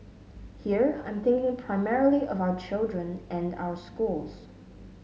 here I'm thinking primarily of our children and our schools